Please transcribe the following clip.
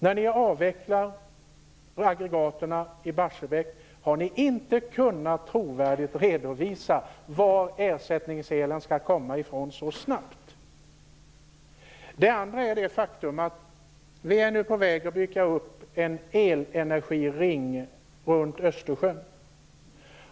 När ni avvecklar aggregaten i Barsebäck kan ni inte trovärdigt redovisa varifrån ersättningselen skall komma så snabbt. Det andra är det faktum att vi nu är på väg att bygga upp en elenergiring runt Östersjön.